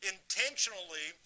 Intentionally